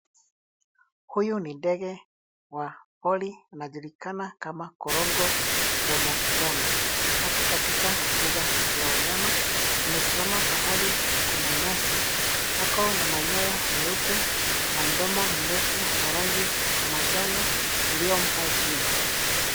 Huyu ni ndege wa pori anajulikana kama korongo domo njano. Ako katika mbuga la wanyama. Amesimama pahali kuna nyasi. Ako na manyoya meupe na mdomo mrefu wa rangi ya manjano iliyompa jina.